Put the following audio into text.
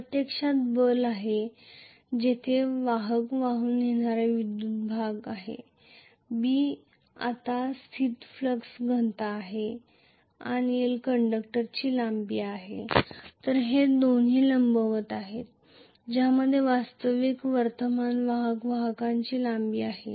प्रत्यक्षात बल आहे जेथे वाहक वाहून वाहणारा विद्युत्वाहक भाग आहे B आत स्थित फ्लक्स घनता आहे आणि l कंडक्टरची लांबी आहे तर ते दोन्ही लंबवत आहे ज्यामध्ये वास्तविक वर्तमान वाहक वाहकांची लांबी आहे